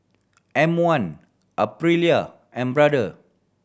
M One Aprilia and Brother